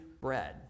bread